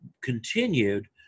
continued